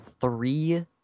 three